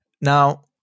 Now